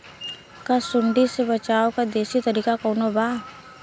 का सूंडी से बचाव क देशी तरीका कवनो बा?